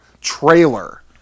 trailer